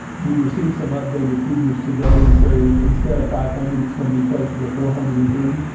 we received some updated figures today and so instead of five hundred, it's going to be closer to four hundred and three.